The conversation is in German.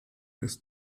ist